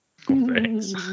Thanks